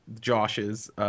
Josh's –